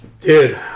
Dude